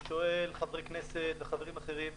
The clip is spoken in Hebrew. חברי כנסת וחברים אחרים.